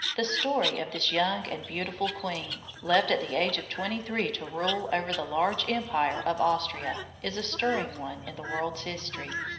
the story of this young and beautiful queen, left at the age of twenty-three to rule over the large empire of austria, is a stirring one in the world's history.